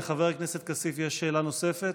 לחבר הכנסת כסיף יש שאלה נוספת?